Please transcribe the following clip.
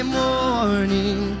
morning